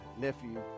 nephew